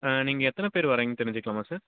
நீங்கள் எத்தனை பேர் வரீங்கன் தெரிஞ்சுக்கலாமா சார்